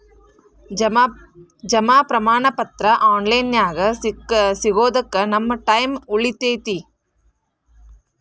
ಜಮಾ ಪ್ರಮಾಣ ಪತ್ರ ಆನ್ ಲೈನ್ ನ್ಯಾಗ ಸಿಗೊದಕ್ಕ ನಮ್ಮ ಟೈಮ್ ಉಳಿತೆತಿ